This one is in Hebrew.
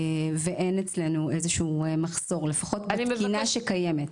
ואין אצלנו איזשהו מחסור, לפחות בתקינה שקיימת.